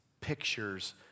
pictures